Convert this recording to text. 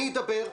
אני אדבר,